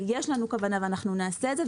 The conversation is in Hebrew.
אבל יש לנו כוונה ואנחנו נעשה את זה,